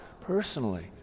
personally